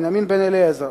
בנימין בן-אליעזר,